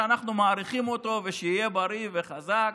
אנחנו מעריכים אותו ושיהיה בריא וחזק,